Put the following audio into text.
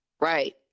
Right